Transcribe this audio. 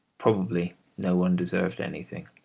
probably no one deserved anything.